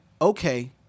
okay